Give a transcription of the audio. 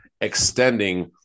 extending